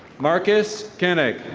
marcus koenig.